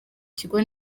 kigo